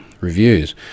reviews